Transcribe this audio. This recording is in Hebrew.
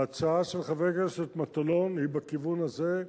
ההצעה של חבר הכנסת מטלון היא בכיוון הזה,